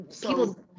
people